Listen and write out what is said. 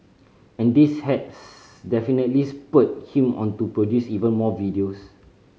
and this has definitely spurred him on to produce even more videos